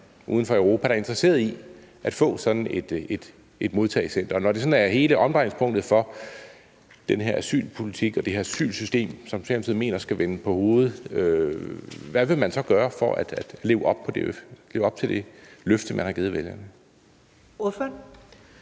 uden for Europa, der er interesseret i at få sådan et modtagecenter. Og når det sådan er hele omdrejningspunktet for den her asylpolitik og det her asylsystem, som Socialdemokratiet mener skal vendes på hovedet, hvad vil man så gøre for at leve op til det løfte, man har givet vælgerne?